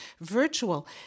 virtual